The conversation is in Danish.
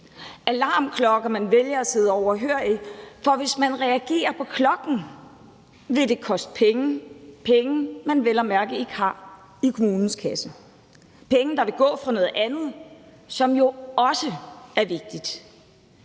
alarmklokker, som man vælger at sidde overhørig, for hvis man reagerer på klokken, vil det koste penge – penge, man vel at mærke ikke har i kommunens kasse, penge, der vil gå fra noget andet, som jo også er vigtigt.